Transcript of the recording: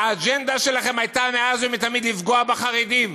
האג'נדה שלכם הייתה מאז ומתמיד לפגוע בחרדים.